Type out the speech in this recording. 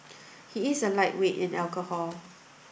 he is a lightweight in alcohol